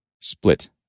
split